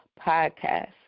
podcast